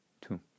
two